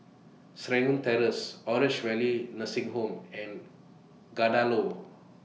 Terrace Orange Valley Nursing Home and Kadaloor